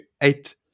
eight